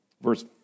Verse